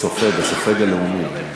הסופג, הסופג הלאומי.